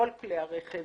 כל כלי הרכב